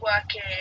working